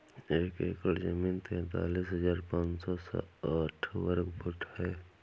एक एकड़ जमीन तैंतालीस हजार पांच सौ साठ वर्ग फुट है